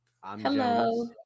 hello